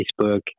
Facebook